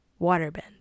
waterbend